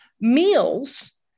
meals